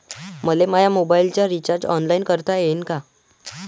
मले माया मोबाईलचा रिचार्ज ऑनलाईन करता येईन का?